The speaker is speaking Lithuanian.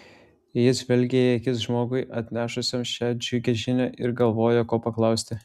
jis žvelgė į akis žmogui atnešusiam šią džiugią žinią ir galvojo ko paklausti